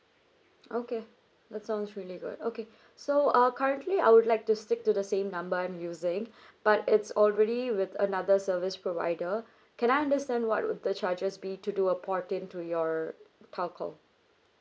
okay that sounds really good okay so uh currently I would like to stick to the same number I'm using but it's already with another service provider can I understand what would the charges be to do a port in to your telco